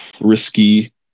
risky